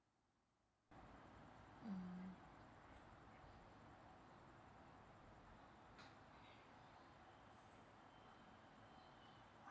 mm